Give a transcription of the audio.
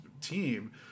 team